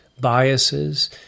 biases